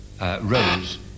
Rose